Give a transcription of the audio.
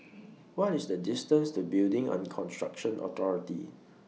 What IS The distance to Building and Construction Authority